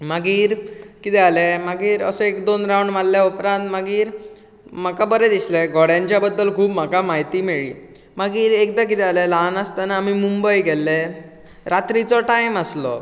मागीर कितें जालें मागीर असो एक दोन रावंड मारले उपरांत मागीर म्हाका बरें दिसलें घोड्यांचे बद्दल खूब म्हाका म्हायती मेळ्ळी मागीर एकदां कितें जालें ल्हान आसतना आमी मुंबय गेल्ले रात्रीचो टायम आसलो